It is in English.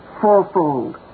fourfold